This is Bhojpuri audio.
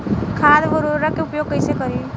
खाद व उर्वरक के उपयोग कइसे करी?